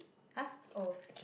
!huh! oh